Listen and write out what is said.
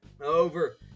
over